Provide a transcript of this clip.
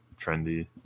trendy